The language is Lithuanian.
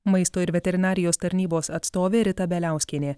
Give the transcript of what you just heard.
maisto ir veterinarijos tarnybos atstovė rita beliauskienė